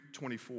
24